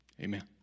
Amen